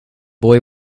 boy